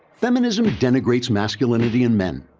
feminism denigrates masculinity in men,